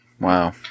Wow